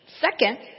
Second